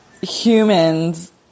humans